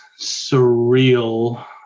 surreal